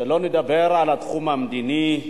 שלא לדבר על התחום המדיני,